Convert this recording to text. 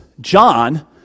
John